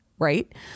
Right